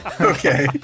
Okay